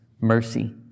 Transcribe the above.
mercy